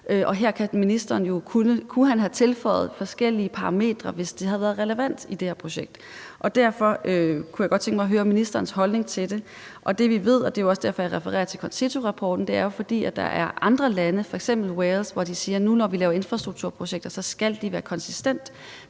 Og her kunne ministeren jo have tilføjet forskellige parametre, hvis det havde været relevant i det her projekt. Derfor kunne jeg godt tænke mig at høre ministerens holdning til det. Og det, vi ved – og det er jo også derfor, jeg refererer til CONCITO-rapporten – er, at der er andre lande, f.eks. Wales, hvor de siger, at nu, hvor vi laver infrastrukturprojekter, skal de være konsistente